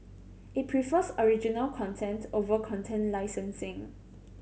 it prefers original content over content licensing